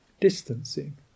distancing